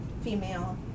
female